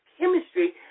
chemistry